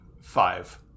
five